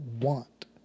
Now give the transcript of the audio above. want